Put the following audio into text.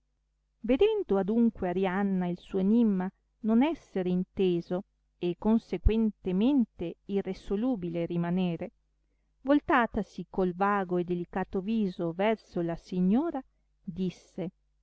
vedendo adunque arianna il suo enimma non esser inteso e consequentemente irresolubile rimanere voltatasi col vago e delicato viso verso la signora disse